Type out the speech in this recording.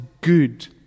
good